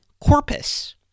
corpus